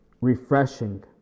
Refreshing